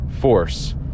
force